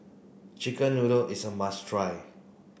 chicken noodle is a must try